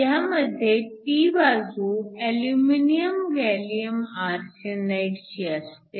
त्यामध्ये p बाजू aluminium gallium arsenide ची असते